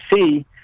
see